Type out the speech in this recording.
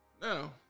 Now